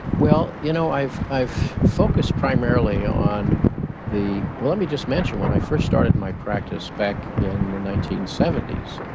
well, you know i've i've focused primarily on the, well, let me just mention when i first started my practice back in the nineteen seventy s,